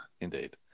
Indeed